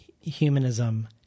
humanism